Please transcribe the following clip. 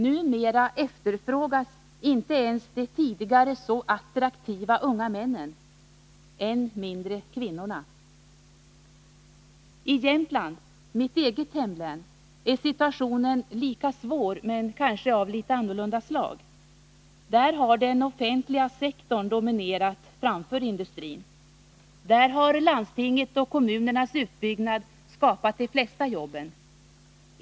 Numera efterfrågas inte ens de tidigare så attraktiva unga männen, än mindre kvinnorna. I Jämtland, mitt eget hemlän, är situationen lika svår men kanske av litet annat slag. Där har den offentliga sektorn dominerat framför industrin. Där har landstingets och kommunernas utbyggnad skapat de flesta jobben.